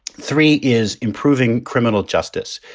three is improving criminal justice.